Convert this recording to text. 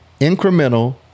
incremental